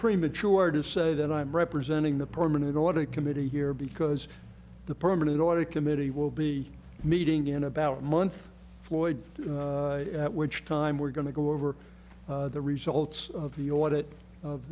premature to say that i'm representing the permanent audit committee here because the permanent audit committee will be meeting in about a month floyd at which time we're going to go over the results of